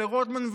לרוטמן,